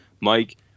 Mike